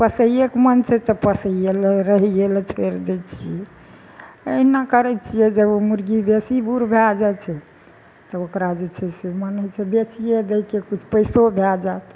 पोसैयेके मन छै तऽ पोसैये लए रहैये लए छोरि दै छी अहिना करै छियै जब ओ मुर्गी बेसी बुढ़ भए जाइ छै तऽ ओकरा जे छै से मन होइ छै बेचिये दैके किछु पैसो भए जाएत